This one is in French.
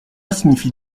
signifie